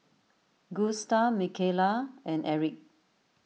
Gusta Mikayla and Erich